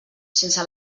sense